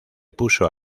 puso